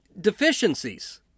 deficiencies